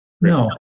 No